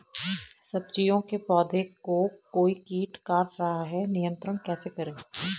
सब्जियों के पौधें को कोई कीट काट रहा है नियंत्रण कैसे करें?